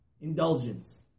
Indulgence